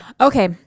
Okay